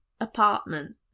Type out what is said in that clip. apartment